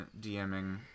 DMing